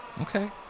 Okay